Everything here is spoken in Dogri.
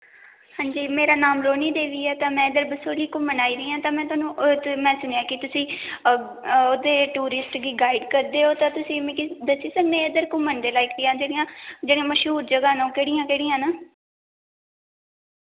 हांजी मेरा नाम रोनी देवी ऐ ते मैं इद्धर बसोली घुम्मन आई दी आं ते मैं थुहानू मैं सुनेआ कि तुसी उदे टूरिस्ट गी गाइड करदे ओ ते तुसी मिकी दस्सी सकने इद्धर घुम्मन दे लाइक जां जेह्ड़ियां जेह्ड़ियां मश्हूर जगहां न ओह् केह्ड़ियां केह्ड़ियां न